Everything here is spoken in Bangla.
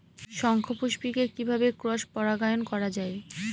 শঙ্খপুষ্পী কে কিভাবে ক্রস পরাগায়ন করা যায়?